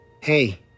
Hey